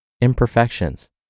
imperfections